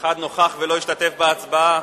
אחד נוכח ולא השתתף בהצבעה.